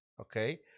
okay